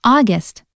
August